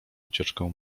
ucieczkę